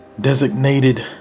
designated